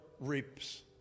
reaps